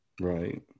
Right